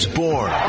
born